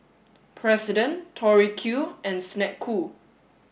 president Tori Q and Snek Ku